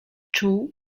czuł